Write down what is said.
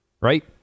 right